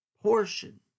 portion